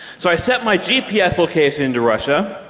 so i set my gps location to russia